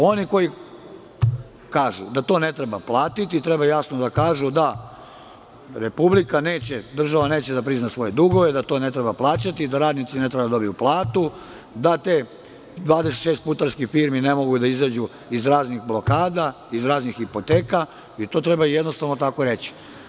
Oni koji kažu da to ne treba platiti, treba jasno da kažu da Republika neće, država neće da prizna svoje dugove, da to ne treba plaćati, da radnici ne treba da dobiju platu, da tih 26 putarskih firmi ne mogu da izađu iz raznih blokada, iz raznih hipoteka i to treba jednostavno tako reći.